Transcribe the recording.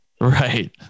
right